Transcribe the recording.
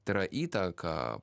tai yra įtaką